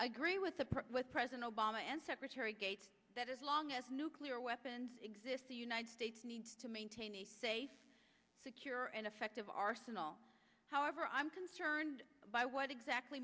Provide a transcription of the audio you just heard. agree with with president obama and secretary gates that as long as nuclear weapons exist the united states needs to maintain a safe secure and effective arsenal however i'm concerned by what exactly